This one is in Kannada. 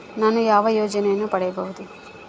ನಾನು ಯಾವ ಯೋಜನೆಯನ್ನು ಪಡೆಯಬಹುದು?